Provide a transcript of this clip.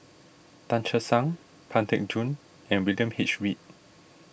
Tan Che Sang Pang Teck Joon and William H Read